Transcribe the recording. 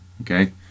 Okay